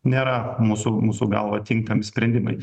nėra mūsų mūsų galva tinkami sprendimai